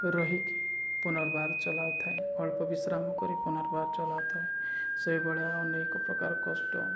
ରହିକି ପୁନର୍ବାର ଚଲାଉଥାଏ ଗଳ୍ପ ବିଶ୍ରାମ କରି ପୁନର୍ବାର ଚଲାଉଥାଏ ସେହିଭଳିଆ ଅନେକ ପ୍ରକାର କଷ୍ଟ